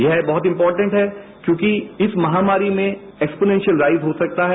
यह बहत इम्पोटेट हैं क्योंकि इस महामारी में एक्सपोनेशियल राइज हो सकता है